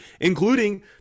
including